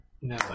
No